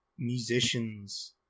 Musicians